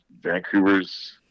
Vancouver's